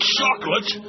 chocolate